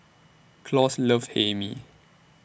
Claus loves Hae Mee